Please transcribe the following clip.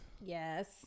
Yes